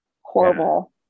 horrible